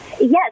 Yes